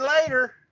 later